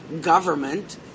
government